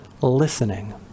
listening